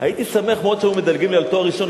הייתי שמח מאוד אם היו מדלגים לי על התואר הראשון,